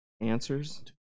Answers